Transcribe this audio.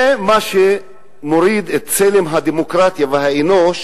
זה מה שמוריד את צלם הדמוקרטיה והאנוש